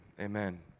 amen